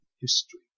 history